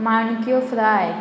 माणक्यो फ्राय